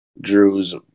Drew's